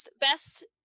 best